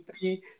three